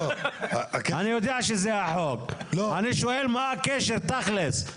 אני יודע שזה החוק, אני שואל מה הקשר תכלס.